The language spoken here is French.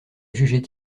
jugeait